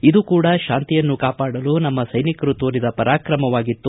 ಇದು ಕೂಡಾ ಶಾಂತಿಯನ್ನು ಕಾಪಾಡಲು ನಮ್ಮ ಸೈನಿಕರು ತೋರಿದ ಪರಾಕ್ರಮವಾಗಿತ್ತು